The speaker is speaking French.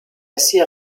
assez